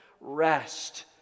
rest